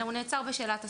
אלא הוא נעצר בשאלת הסמכות,